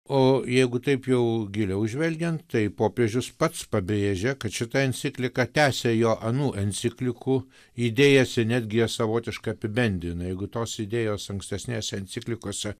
o jeigu taip jau giliau žvelgiant tai popiežius pats pabrėžia kad šita enciklika tęsėjo anų enciklikų idėjas energiją savotiškai apibendrina jeigu tos idėjos ankstesnėse enciklikose